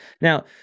Now